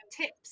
tips